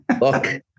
Look